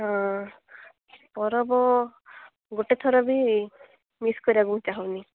ହଁ ପର୍ବ ଗୋଟେ ଥର ବି ମିସ୍ କରିବାକୁ ମୁଁ ଚାହୁଁନି